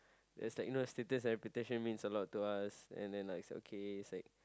as like you know status and reputation means a lot to us and then like is okay it's like